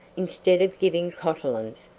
instead of giving cotillons,